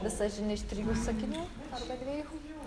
visa žinia iš trijų sakinių arba dviejų